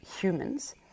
humans